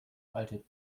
alte